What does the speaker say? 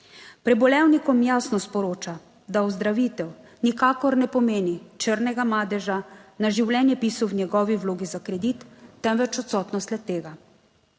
Prebolevnikom jasno sporoča, da ozdravitev nikakor ne pomeni črnega madeža na življenjepisu v njegovi vlogi za kredit, temveč odsotnost le tega.